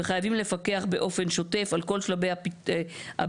וחייבים לפקח באופן שוטף על כל שלבי הביצוע,